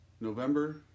November